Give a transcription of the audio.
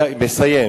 מסיים.